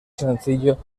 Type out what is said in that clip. sencillo